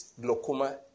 glaucoma